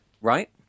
right